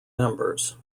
members